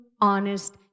honest